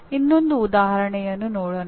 ಇನ್ನೊಂದು ಉದಾಹರಣೆಯನ್ನು ನೋಡೋಣ